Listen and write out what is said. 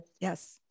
Yes